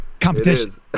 competition